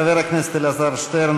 חבר הכנסת אלעזר שטרן,